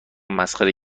مسخره